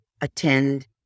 attend